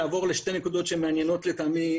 לעבור לשתי נקודות שמעניינות לטעמי,